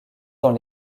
dans